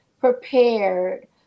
prepared